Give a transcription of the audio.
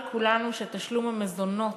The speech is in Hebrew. ידוע לכולנו שתשלום המזונות